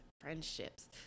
friendships